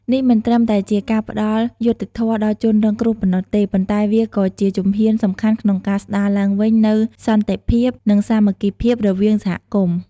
នេះមិនត្រឹមតែជាការផ្តល់យុត្តិធម៌ដល់ជនរងគ្រោះប៉ុណ្ណោះទេ ប៉ុន្តែវាក៏ជាជំហានសំខាន់ក្នុងការស្តារឡើងវិញនូវសន្តិភាព និងសាមគ្គីភាពរវាងសហគមន៍។